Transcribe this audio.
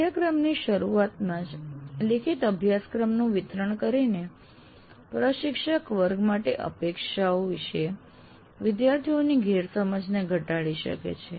પાઠયક્રમની શરૂઆતમાં જ લેખિત અભ્યાસક્રમનું વિતરણ કરીને પ્રશિક્ષક વર્ગ માટે અપેક્ષાઓ વિશે વિદ્યાર્થીઓની ગેરસમજોને ઘટાડી શકે છે